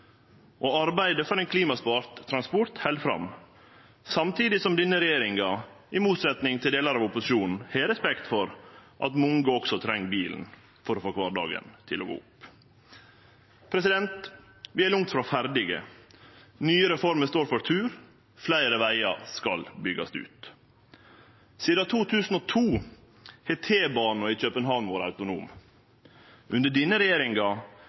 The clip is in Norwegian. elbil. Arbeidet for ein klimasmart transport held fram, samtidig som denne regjeringa, i motsetnad til delar av opposisjonen, har respekt for at mange treng bilen for å få kvardagen til å gå opp. Vi er langt frå ferdige. Nye reformer står for tur. Fleire vegar skal byggjast ut. Sidan 2002 har T-bana i København vore autonom. Under denne regjeringa